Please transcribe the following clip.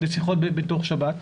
לשיחות בתוך שבת.